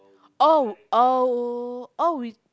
oh oh oh is